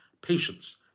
patience